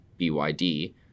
BYD